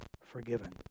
forgiven